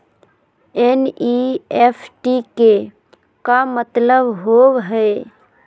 NEFT के का मतलव होव हई?